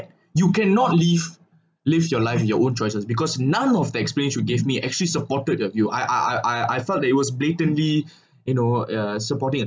you cannot live live your life in your own choices because none of the experience you gave me actually supported the view I I I I I felt that it was blatantly you know uh supporting